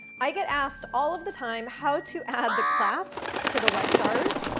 i get asked all of the time how to add the clasps to the weck jars.